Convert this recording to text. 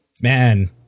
Man